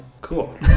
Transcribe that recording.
Cool